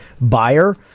buyer